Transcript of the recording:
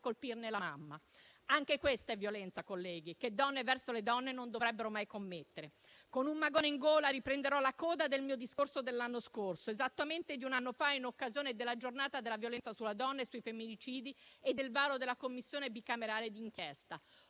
colpirne la mamma. Anche questa è violenza, colleghi, che donne verso le donne non dovrebbero mai commettere. Con un magone in gola riprenderò la coda del mio discorso dell'anno scorso, esattamente di un anno fa in occasione della Giornata internazionale per l'eliminazione della violenza contro le donne e sui femminicidi e del varo della Commissione bicamerale di inchiesta.